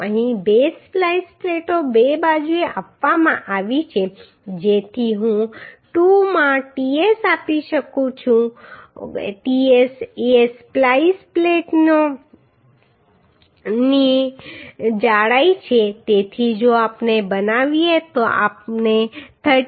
તો અહીં બે સ્પ્લાઈસ પ્લેટો બે બાજુએ આપવામાં આવી છે જેથી હું 2 માં ts આપી શકું ts એ સ્પ્લાઈસ પ્લેટની જાડાઈ છે તેથી જો આપણે બનાવીએ તો આપણે 34